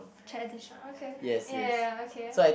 tradition okay ya ya ya okay